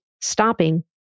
stopping